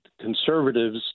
conservatives